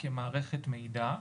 כמערכת מידע.